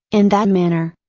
in that manner.